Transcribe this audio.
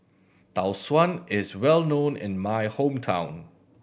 Tau Suan is well known in my hometown